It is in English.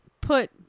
put